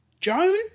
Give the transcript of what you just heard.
Joan